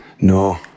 No